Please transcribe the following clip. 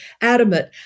adamant